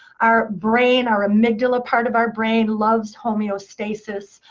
our brain, our amygdala part of our brain loves homeostasis,